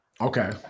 okay